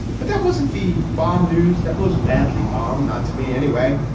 but that wasn't the bomb news that most badly bomb. not to me anyway.